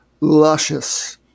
luscious